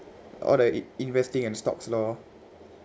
all the in~ investing and stocks lor